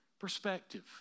Perspective